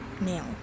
Nail